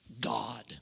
God